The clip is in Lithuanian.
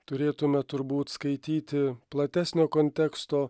turėtume turbūt skaityti platesnio konteksto